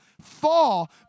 fall